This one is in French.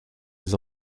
les